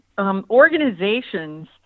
Organizations